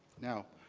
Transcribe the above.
now,